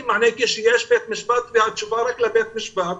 מענה רק כשיש בית משפט והתשובה היא רק לבית המשפט.